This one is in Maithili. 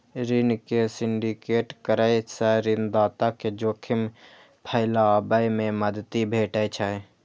ऋण के सिंडिकेट करै सं ऋणदाता कें जोखिम फैलाबै मे मदति भेटै छै